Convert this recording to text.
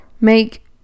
Make